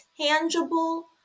tangible